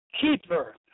keeper